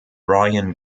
brian